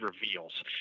reveals